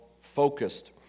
focused